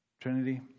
Trinity